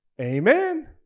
Amen